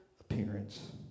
appearance